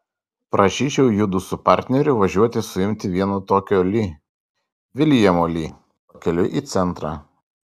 prašyčiau judu su partneriu važiuoti suimti vieno tokio li viljamo li pakeliui į centrą